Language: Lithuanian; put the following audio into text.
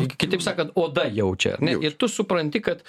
kitaip sakant oda jaučia ar ne ir tu supranti kad